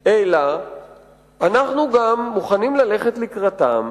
אלא אנחנו גם מוכנים ללכת לקראתם